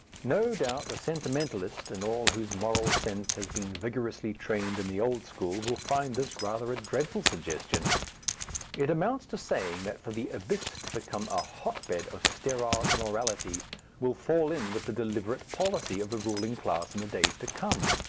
no doubt the sentimentalist and all whose moral sense has been vigorously trained in the old school will find this rather a dreadful suggestion it amounts to saying that for the abyss to become a hotbed of sterile immorality will fall in with the deliberate policy of the ruling class in the days to come.